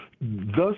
Thus